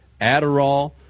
Adderall